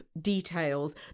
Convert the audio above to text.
details